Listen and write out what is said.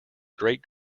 great